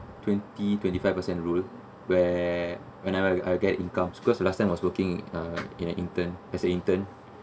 twenty twenty five percent road where whenever I get incomes cause last time I was working uh in a intern as intern